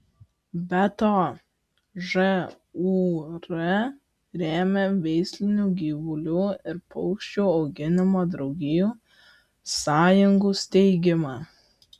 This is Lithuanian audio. be to žūr rėmė veislinių gyvulių ir paukščių auginimo draugijų sąjungų steigimą